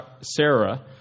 Sarah